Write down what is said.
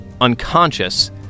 unconscious